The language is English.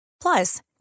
Plus